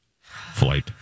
flight